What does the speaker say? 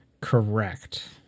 Correct